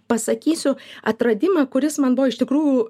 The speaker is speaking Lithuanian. pasakysiu atradimą kuris man buvo iš tikrų